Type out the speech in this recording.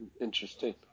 Interesting